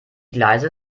gleise